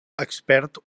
expert